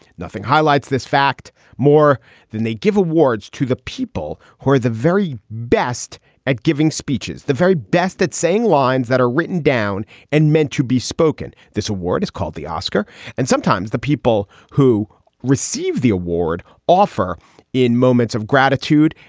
nothing highlights this fact more than they give awards to the people who are the very best at giving speeches, the very best at saying lines that are written down and meant to be spoken. this award is called the oscar and sometimes the people who receive the award offer in moments of gratitude.